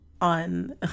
on